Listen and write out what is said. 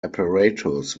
apparatus